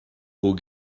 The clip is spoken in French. aux